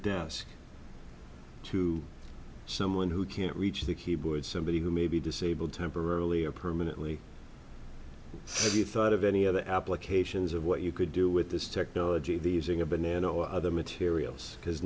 desk to someone who can't reach the keyboard somebody who may be disabled temporarily or permanently so you thought of any other applications of what you could do with this technology using a banana or other materials because